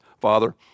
Father